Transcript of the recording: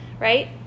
right